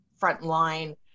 frontline